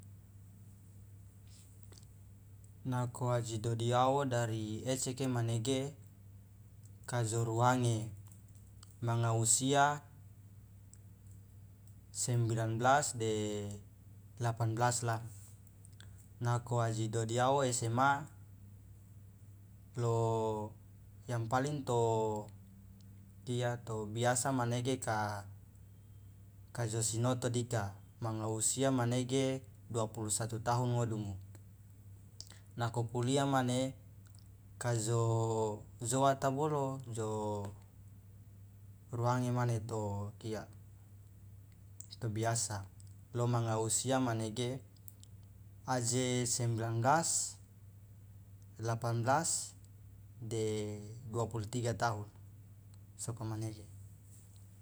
Nako aji dodiawo dari eceke manege kajo ruange manga usia sembilan belas de delapan belas la nako aji dodiawo sma lo yang paling to dia tobiasa manege kajo sinoto dika manga usia manege dua puluh satu tahun ingodumu nako kulia mane kajo joata bolo jo ruange mane to kia to biasa lo manga usia manege aje sembilan belas delapan belas de dua puluh tiga tahun sokomanege.